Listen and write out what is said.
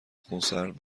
خونسرد